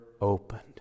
opened